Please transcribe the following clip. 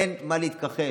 אין מה להתכחש.